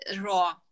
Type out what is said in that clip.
raw